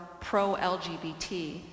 pro-LGBT